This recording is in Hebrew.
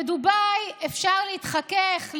בדובאי אפשר להתחכך,